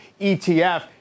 ETF